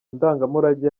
ndangamurage